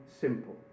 simple